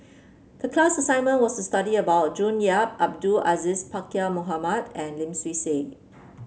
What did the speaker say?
the class assignment was to study about June Yap Abdul Aziz Pakkeer Mohamed and Lim Swee Say